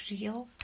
real